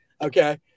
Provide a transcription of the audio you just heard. okay